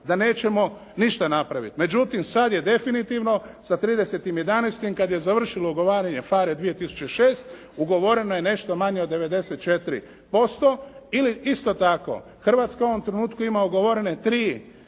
da nećemo ništa napraviti. Međutim, sada je definitivno sa 30. 11. kada je završeno ugovaranje FARE 2006., ugovoreno je nešto manje od 94% ili isto tako Hrvatska u ovom trenutku ima ugovorene tri